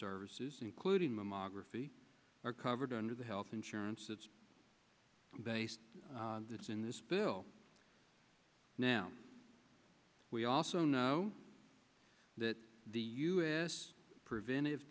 services including mammography are covered under the health insurance that's based on this in this bill now we also know that the u s preventive